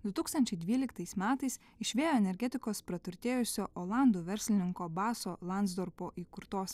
du tūkstančiai dvyliktais metais iš vėjo energetikos praturtėjusio olandų verslininko baso lansdorpo įkurtos